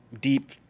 deep